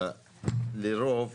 לרוב,